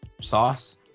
Sauce